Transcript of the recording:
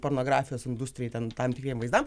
pornografijos industrijai ten tam tikriem vaizdam